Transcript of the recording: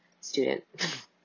student